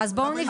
אז בואו נבדוק.